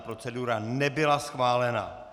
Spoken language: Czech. Procedura nebyla schválena.